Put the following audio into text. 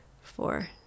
four